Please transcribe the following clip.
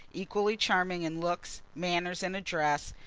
equally charming in looks, manners and address,